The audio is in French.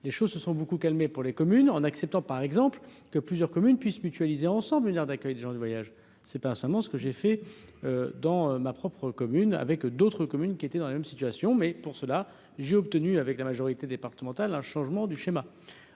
les choses se sont beaucoup calmé pour les communes en acceptant par exemple que plusieurs communes puissent mutualiser ensemble une aire d'accueil des gens du voyage, c'est pas seulement ce que j'ai fait dans ma propre. Commune avec d'autres communes qui étaient dans la même situation, mais pour cela, j'ai obtenu avec la majorité départementale, un changement du schéma,